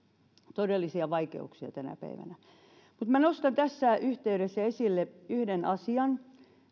todellisia vaikeuksia tänä päivänä nostan tässä yhteydessä esille yhden asian